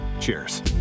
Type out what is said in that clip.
Cheers